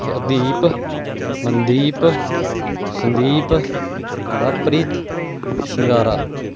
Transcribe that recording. Hardeep Mandeep Sandeep Lovepreet Shingara